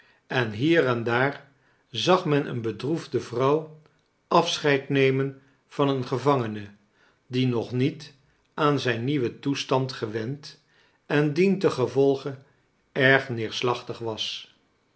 en hier en daar zag men een bedroefde vronw afscheid nemen van een gevangene die nog niet aan zijn nieuwen toestand gewend en dientengevolge erg neerslachtig was